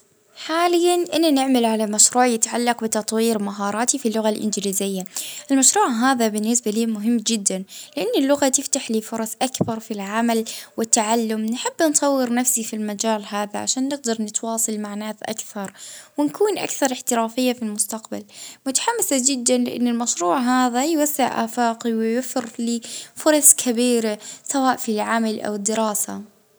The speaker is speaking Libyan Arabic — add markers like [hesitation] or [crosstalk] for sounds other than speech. اه توا نخدم على مشروع توعية صحية، متحمسة [hesitation] عليه هلبا [hesitation] نحس أنه نجدر يعني نبدل في حياة الناس ونعاونهم اه باش يعيشوا بصحة وخير.